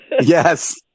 Yes